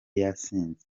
yasinze